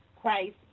christ